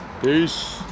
Peace